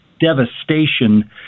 devastation